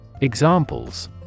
Examples